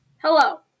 Hello